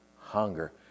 hunger